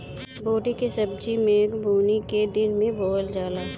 बोड़ी के सब्जी मेघ बूनी के दिन में बोअल जाला